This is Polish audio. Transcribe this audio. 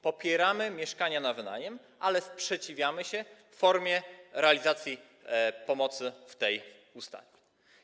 Popieramy mieszkania na wynajem, ale sprzeciwiamy się formie realizacji pomocy w tej ustawie.